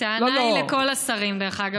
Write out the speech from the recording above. הטענה היא לכל השרים, דרך אגב.